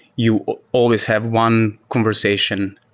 you always have one conversation.